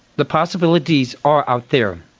the possibilities are out there.